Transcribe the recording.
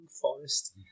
Forest